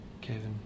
Kevin